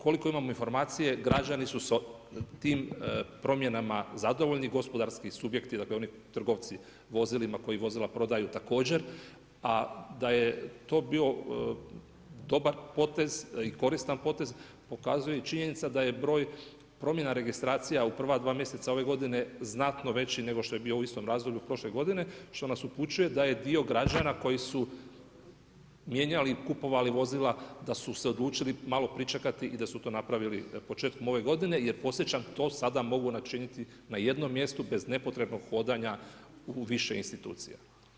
Koliko imamo informacije, građani su tim promjenama zadovoljni, gospodarski subjekti, dakle oni trgovci vozilima koji vozila prodaju također, a da je to bio dobar potez i koristan potez, pokazuje i činjenica da je broj promjena registracija u prva dva mjeseca ove godine, znatno veći nego što je bio u istom razdoblju prošle godine što nas upućuje da je dio građana koji su mijenjali i kupovali vozila, da su se odlučili malo pričekati i da su to napravili početkom ove godine jer podsjećam, to sada mogu načiniti na jednom mjestu bez nepotrebnog hodanja u više institucija.